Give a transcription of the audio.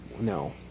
No